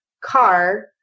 car